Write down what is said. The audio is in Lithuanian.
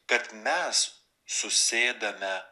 kad mes susėdame